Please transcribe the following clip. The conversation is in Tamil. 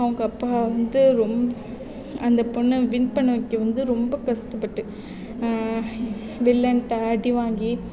அவங்க அப்பா வந்து ரொம்ப அந்த பொண்ணை வின் பண்ண வைக்க வந்து ரொம்ப கஷ்டப்பட்டு வில்லன்கிட்ட அடி வாங்கி